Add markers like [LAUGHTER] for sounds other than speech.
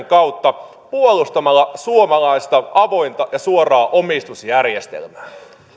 [UNINTELLIGIBLE] kautta puolustamalla suomalaista avointa ja suoraa omistusjärjestelmää